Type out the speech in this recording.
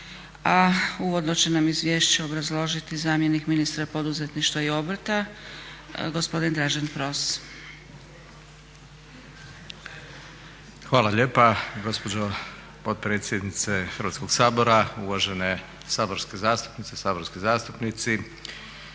A uvodno će nam izvješće obrazložiti zamjenik ministra poduzetništva i obrta, gospodin Dražen Pros. **Pros, Dražen** Hvala lijepa gospođo potpredsjednice Hrvatskog sabor, uvažene saborska zastupnice i saborski zastupnici.